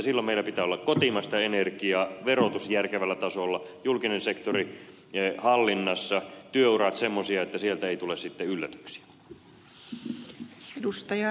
silloin meillä pitää olla kotimaista energiaa verotus järkevällä tasolla julkinen sektori hallinnassa työurat semmoisia että sieltä ei tule sitten yllätyksiä